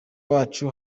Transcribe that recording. wacu